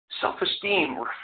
Self-esteem